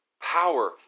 power